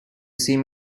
seem